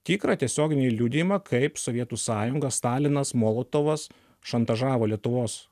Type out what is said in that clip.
tikrą tiesioginį liudijimą kaip sovietų sąjunga stalinas molotovas šantažavo lietuvos